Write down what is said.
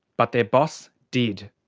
but their boss did.